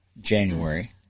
January